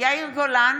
יאיר גולן,